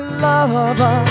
lover